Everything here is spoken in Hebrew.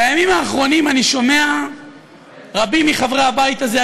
בימים האחרונים אני שומע רבים מחברי הבית הזה,